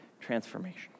transformation